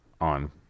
on